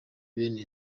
bene